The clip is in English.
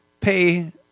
pay